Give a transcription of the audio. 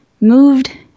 moved